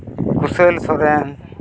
Kushal Soren